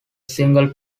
single